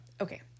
okay